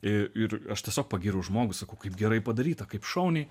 ir aš tiesiog pagyriau žmogų sakau kaip gerai padaryta kaip šauniai